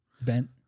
Bent